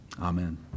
Amen